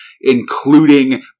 including